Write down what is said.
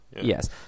Yes